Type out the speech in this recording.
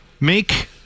make